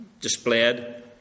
displayed